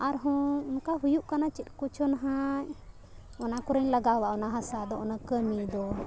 ᱟᱨᱦᱚᱸ ᱚᱱᱠᱟ ᱦᱩᱭᱩᱜ ᱠᱟᱱᱟ ᱪᱮᱫ ᱠᱚᱪᱚ ᱦᱟᱸᱜ ᱚᱱᱟ ᱠᱚᱨᱮᱧ ᱞᱟᱜᱟᱣᱟ ᱚᱱᱟ ᱦᱟᱥᱟ ᱫᱚ ᱚᱱᱟ ᱠᱟᱹᱢᱤ ᱫᱚ